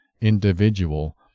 individual